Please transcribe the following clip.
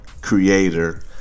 creator